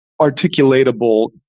articulatable